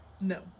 No